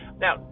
Now